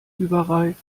überreif